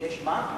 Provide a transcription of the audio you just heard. יש מה?